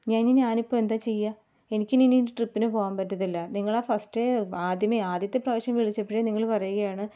ഞാനിനി ഞാനിപ്പോൾ എന്താ ചെയ്യുക എനിക്കിനി ട്രിപ്പിന് പോകാൻ പറ്റത്തില്ല നിങ്ങളെ ഫസ്റ്റേ ആദ്യമേ ആദ്യത്തെ പ്രാവശ്യം വിളിച്ചപ്പഴേ നിങ്ങൾ പറയുകയാണ്